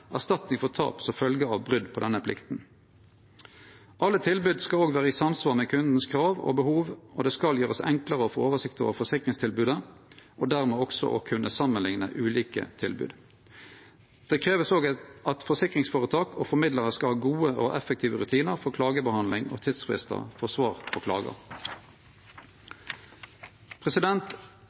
tap som følgje av brot på denne plikten. Alle tilbod skal òg vere i samsvar med krava og behova til kunden, og det skal gjerast enklare å få oversikt over forsikringstilbodet og dermed også å kunne samanlikne ulike tilbod. Det vert òg kravd at forsikringsføretak og -formidlarar skal ha gode og effektive rutinar for klagebehandling og tidsfristar for svar på